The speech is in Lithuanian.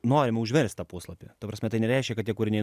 norime užverst tą puslapį ta prasme tai nereiškia kad tie kūriniai